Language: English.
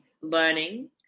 learning